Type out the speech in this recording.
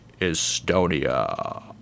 Estonia